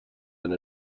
and